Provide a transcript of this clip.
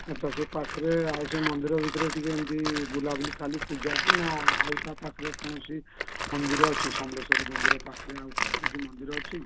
ଆଚ୍ଛା ସେ ପାଖରେ ଆଉ ସେ ମନ୍ଦିର ଭିତରେ ଟିକିଏ ଏମିତି ବୁଲାବୁଲି ଖାଲି ପୂଜା କି ନା ଆଉ ତା ପାଖରେ କୌଣସି ମନ୍ଦିର ଅଛି ସମଲେଶ୍ୱରୀ ମନ୍ଦିର ପାଖରେ ଆଉ କଣ କିଛି ମନ୍ଦିର ଅଛି